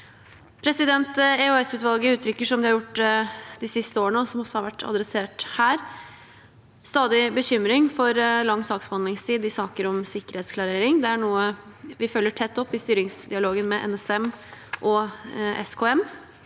dem å ha. EOS-utvalget uttrykker, som de har gjort de siste årene, og som også har vært adressert her, stadig bekymring for lang saksbehandlingstid i saker om sikkerhetsklarering. Det er noe vi følger tett opp i styringsdialogen med NSM og SKM.